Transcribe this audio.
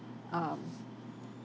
um